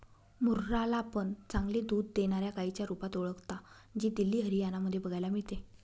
मुर्रा ला पण चांगले दूध देणाऱ्या गाईच्या रुपात ओळखता, जी दिल्ली, हरियाणा मध्ये बघायला मिळते